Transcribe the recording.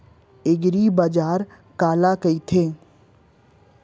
एगरीबाजार काला कहिथे?